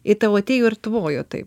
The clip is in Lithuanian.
į tavo atėjo ir tvojo taip